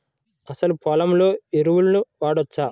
అసలు పొలంలో ఎరువులను వాడవచ్చా?